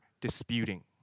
disputing